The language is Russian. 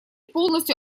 полностью